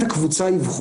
כפי שאמר דני ברום,